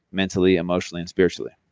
mentally, emotionally, and spiritually.